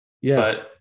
yes